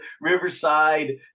Riverside